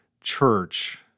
church